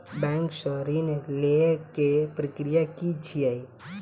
Bank सऽ ऋण लेय केँ प्रक्रिया की छीयै?